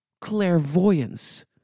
Clairvoyance